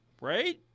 right